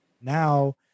now